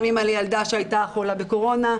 גם אמא לילדה שהייתה חולה בקורונה,